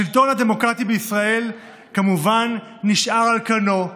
השלטון הדמוקרטי בישראל, כמובן, נשאר על כנו,